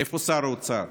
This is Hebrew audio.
איפה שר האוצר?